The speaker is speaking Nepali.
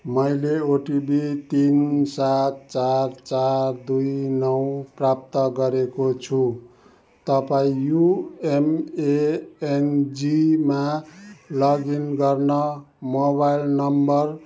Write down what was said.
मैले ओटिपी तिन सात चार चार दुई नौ प्राप्त गरेको छु तपाईँँ युएमएएनजीमा लगइन गर्न मोबाइल नम्बर